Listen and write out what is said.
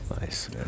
Nice